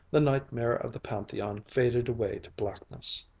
the nightmare of the pantheon faded away to blackness.